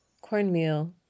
cornmeal